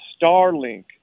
Starlink